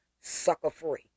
sucker-free